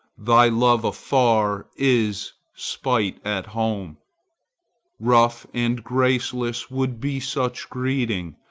thy love afar is spite at home rough and graceless would be such greeting,